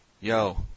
Yo